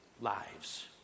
lives